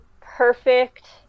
perfect